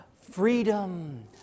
freedom